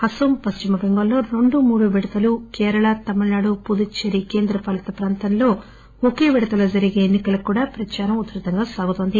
అస్పాం పశ్చిమ బెంగాల్లో రెండు మూడు విడతలు కేరళ తమిళనాడు పుదుచ్చేరి కేంద్రపాలిత ప్రాంతంలో ఒకేవిడతలో జరిగే ఎన్ని కలకు కూడా ప్రచారం ఉద్దృతంగా సాగుతోంది